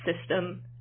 system